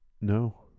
no